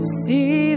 see